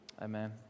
amen